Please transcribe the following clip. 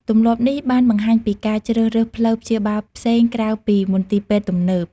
ទម្លាប់នេះបានបង្ហាញពីការជ្រើសរើសផ្លូវព្យាបាលផ្សេងក្រៅពីមន្ទីរពេទ្យទំនើប។